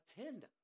attend